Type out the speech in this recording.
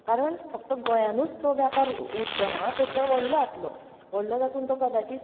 कारण फक्त गोंयांनूच तो वेपार उरचो ना तर तो व्हडलो जातलो व्हडलो जातून तो कदाचीत